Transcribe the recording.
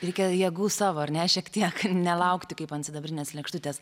reikėjo jėgų savo ar ne šiek tiek nelaukti kaip ant sidabrinės lėkštutės